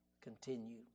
continue